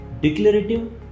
declarative